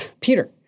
Peter